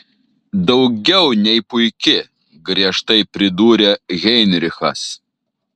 daugiau nei puiki griežtai pridūrė heinrichas